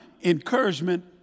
encouragement